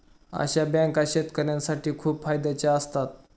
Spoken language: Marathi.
अशा बँका शेतकऱ्यांसाठी खूप फायद्याच्या असतात